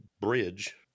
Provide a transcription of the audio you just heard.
bridge